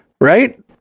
right